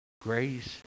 Grace